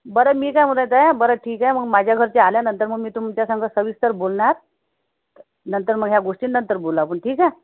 बरं मी काय म्हणू राह्यतो बरं ठीक आहे माझ्या घरचे आल्यानंतर मग मी तुमच्या संगं सविस्तर बोलणार नंतर मग ह्या गोष्टी नंतर बोलू आपण ठीक आहे